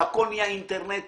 שהכול נהיה אינטרנטי,